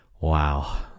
Wow